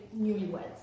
newlyweds